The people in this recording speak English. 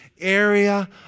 area